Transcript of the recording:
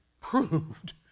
proved